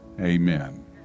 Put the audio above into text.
Amen